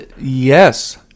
Yes